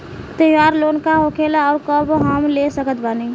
त्योहार लोन का होखेला आउर कब हम ले सकत बानी?